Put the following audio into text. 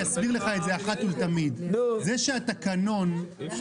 אסביר לך את זה אחת ולתמיד: זה שאתם משתמשים